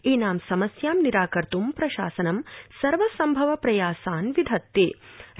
एनां समस्यां निराकर्त् प्रशासनं सर्वसम्भव प्रयासान् विधत्ते